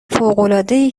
فوقالعادهای